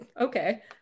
Okay